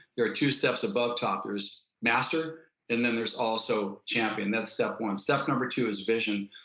there are two steps above top, there's master and then there's also champion. that's step one step number two is vision.